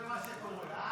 חוק חובת המכרזים (תיקון מס' 26),